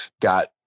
got